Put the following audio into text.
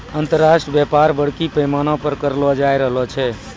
अन्तर्राष्ट्रिय व्यापार बरड़ी पैमाना पर करलो जाय रहलो छै